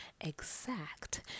exact